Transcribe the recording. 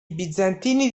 bizantini